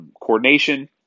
coordination